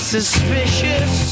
suspicious